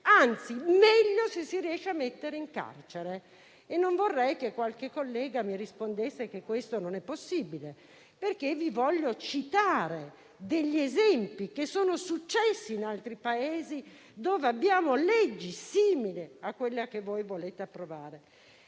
anzi, meglio se lo si riesce a mettere in carcere. E non vorrei che qualche collega mi rispondesse che questo non è possibile. Vi voglio citare degli esempi accaduti in altri Paesi, dove abbiamo leggi simili a quella che voi volete approvare.